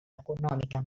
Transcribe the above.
econòmica